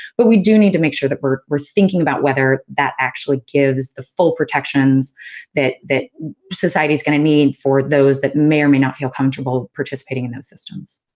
but we do need to make sure that we're we're thinking about whether that actually gives the full protections that that society's going to need for those that may, or may not, feel comfortable participating in those systems.